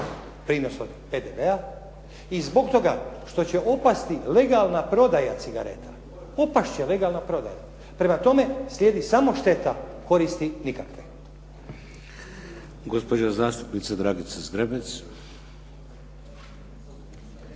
prinos od PDV-a i zbog toga što će opasti legalna prodaja cigareta. Opast će legalna prodaja. Prema tome, slijedi samo šteta. Koristi nikakve. **Šeks, Vladimir (HDZ)** Gospođa zastupnica Dragica Zgrebec.